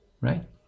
right